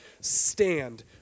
Stand